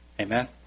Amen